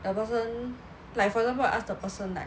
the person like for example I ask the person like